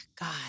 God